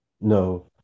no